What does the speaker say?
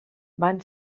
van